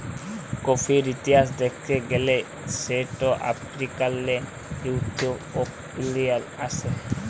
কফির ইতিহাস দ্যাখতে গ্যালে সেট আফ্রিকাল্লে ইথিওপিয়াল্লে আস্যে